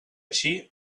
així